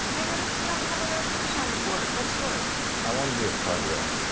i noticed you don't have a resolution on the board. what's yours? i wanna do a cartwheel.